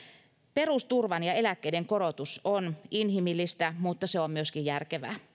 perusturvan ja eläkkeiden korotus on inhimillistä mutta se on myöskin järkevää